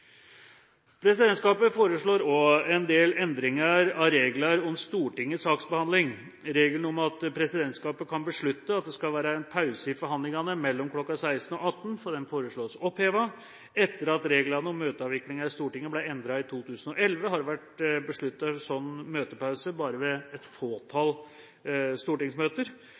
Presidentskapet foreslår også en del endringer av regler om Stortingets saksbehandling. Regelen om at presidentskapet kan beslutte at det skal være en pause i forhandlingene mellom kl. 16 og 18, foreslås opphevet. Etter at reglene om møteavviklingen i Stortinget ble endret i 2011, har det vært besluttet en sånn møtepause ved bare et fåtall stortingsmøter.